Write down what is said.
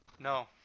No